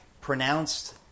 pronounced